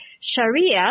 Sharia